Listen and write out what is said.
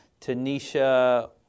Tanisha